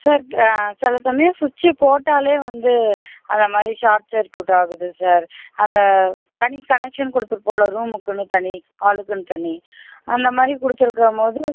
sir சில சமயம் ஸ்விட்ச்சு போட்டாலே வந்து அதை மாதிரி ஷாட் சர்க்யூட் ஆகுது சார் அந்த தனி கனெக்ஷன் கொடுத்துருப்போம்ல ரூமுக்குன்னு தனி ஹாலுக்குன்னு தனி அந்தமாதிரி கொடுத்துருக்கம் போது